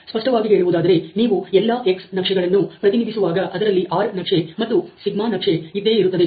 ಸ್ಪಷ್ಟವಾಗಿ ಹೇಳುವುದಾದರೆ ನೀವು ಎಲ್ಲಾ X ನಕ್ಷೆ ಗಳನ್ನು ಪ್ರತಿನಿಧಿಸುವಾಗ ಅದರಲ್ಲಿ R ನಕ್ಷೆ ಮತ್ತು σ ನಕ್ಷೆ σ chart ಇದ್ದೇ ಇರುತ್ತದೆ